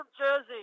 Jersey